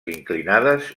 inclinades